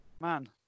man